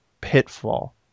Pitfall